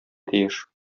тиеш